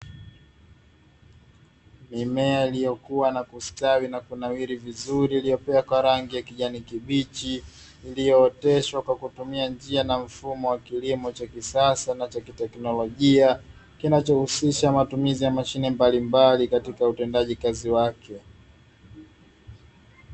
Mimea iliyokuwa na kustawi na kunawiri vizuri, iliyokoa kwa rangi kijani kibichi. Iliyooteshwa kwa kutumia njia na mfumo wa kilimo kisasa na cha kiteknolojia, kinachohusisha matumizi ya mashine mbalimbali katika utendaji kazi wake.